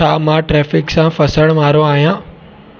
छा मां ट्रैफिक सां फसण वारो आहियां